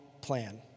plan